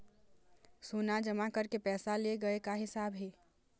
सोना जमा करके पैसा ले गए का हिसाब हे?